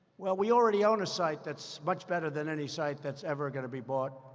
well, we already own a site that's much better than any site that's ever going to be bought.